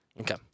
Okay